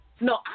no